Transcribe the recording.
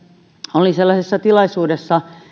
olin sellaisessa tilaisuudessa